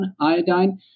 iodine